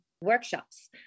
workshops